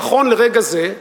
נכון לרגע זה,